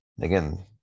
Again